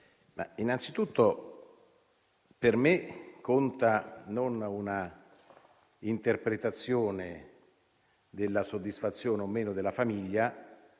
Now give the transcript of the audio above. innanzitutto per me conta non l'interpretazione della soddisfazione o meno della famiglia,